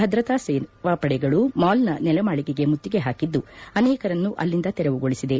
ಭದ್ರತಾ ಸೇನಾ ಪಡೆಗಳು ಮಾಲ್ನ ನೆಲಮಾಳಿಗೆಗೆ ಮುತ್ತಿಗೆ ಪಾಕಿದ್ದು ಅನೇಕರನ್ನು ಅಲ್ಲಿಂದ ತೆರವುಗೊಳಿಸಿದೆ